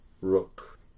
Rook